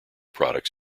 products